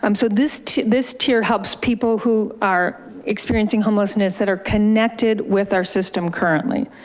um so this this tier helps people who are experiencing homelessness that are connected with our system currently.